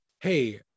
hey